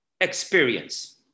experience